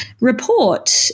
report